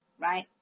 right